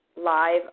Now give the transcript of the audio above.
live